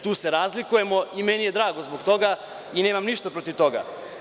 Tu se razlikujemo i meni je drago zbog toga i nemam ništa protiv toga.